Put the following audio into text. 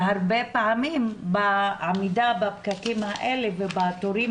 והרבה פעמים בעמידה בפקקים האלה ובתורים